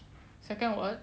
second word